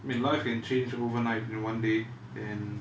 I mean life can change overnight in one day and